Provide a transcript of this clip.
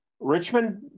Richmond